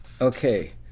Okay